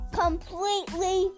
completely